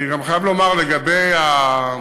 אני גם חייב לומר לגבי ההערה,